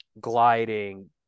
gliding